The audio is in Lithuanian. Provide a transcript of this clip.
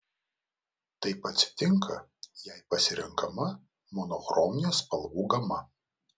taip atsitinka jei pasirenkama monochrominė spalvų gama